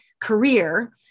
career